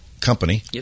company